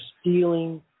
stealing